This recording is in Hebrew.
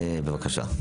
בבקשה.